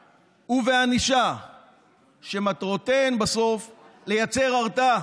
ובענישה שמטרותיהן בסוף לייצר הרתעה.